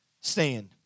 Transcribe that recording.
stand